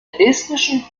estnischen